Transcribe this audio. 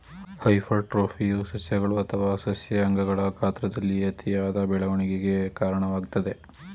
ಹೈಪರ್ಟ್ರೋಫಿಯು ಸಸ್ಯಗಳು ಅಥವಾ ಸಸ್ಯ ಅಂಗಗಳ ಗಾತ್ರದಲ್ಲಿ ಅತಿಯಾದ ಬೆಳವಣಿಗೆಗೆ ಕಾರಣವಾಗ್ತದೆ